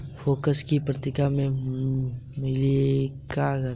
Forbes की पत्रिका में मिलेनियल एंटेरप्रेन्योरशिप के ऊपर काफी अच्छा लेख छपा है